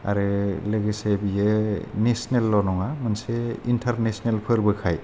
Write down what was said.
आरो लोगोसे बियो नेसनेल ल' नङा मोनसे इनटारनेसनेल फोरबो खाय